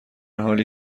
حالی